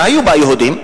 היו בה יהודים.